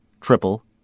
triple